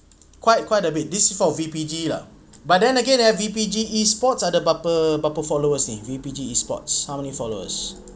quite quite a bit this four V_P_G lah but then again eh V_P_G E sports ada berapa berapa followers ni V_P_G E sports how many followers